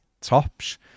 tops